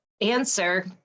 answer